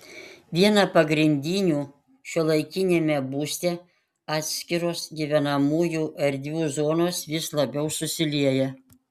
viena pagrindinių šiuolaikiniame būste atskiros gyvenamųjų erdvių zonos vis labiau susilieja